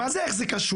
מה זה איך זה קשור?